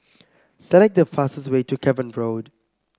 select the fastest way to Cavan Road